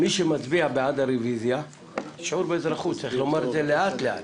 זה שיעור באזרחות, צריך לומר את זה לאט-לאט,